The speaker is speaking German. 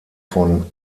von